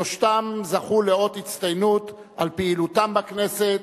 שלושתם זכו לאות הצטיינות על פעילותם בכנסת,